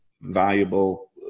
valuable